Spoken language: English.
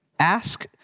Ask